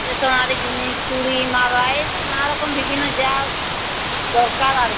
stationery জিনিস চুড়ি মালা এই সব নানারকম বিভিন্ন যা দরকার আর কি